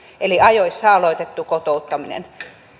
eli ajoissa aloitetun kotouttamisen